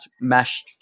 mesh